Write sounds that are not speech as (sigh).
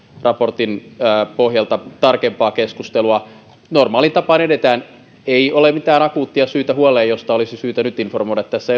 raportin pohjalta tarkempaa keskustelua normaaliin tapaan edetään ei ole mitään akuuttia syytä huoleen josta olisi syytä nyt tässä (unintelligible)